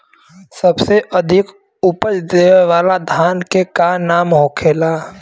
सबसे अधिक उपज देवे वाला धान के का नाम होखे ला?